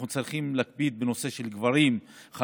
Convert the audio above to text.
אנחנו צריכים להקפיד גם בנושא של גברים חרדים,